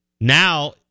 Now